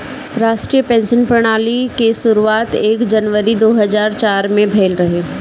राष्ट्रीय पेंशन प्रणाली के शुरुआत एक जनवरी दू हज़ार चार में भईल रहे